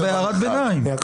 אתה בהערת ביניים.